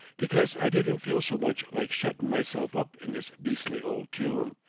because i didn't feel so much like shuttin' myself up in this beastly old tomb.